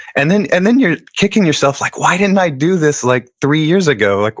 and then and then you're kicking yourself like why didn't i do this like three years ago? like